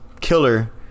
killer